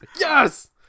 Yes